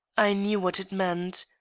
i knew what it meant.